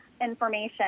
information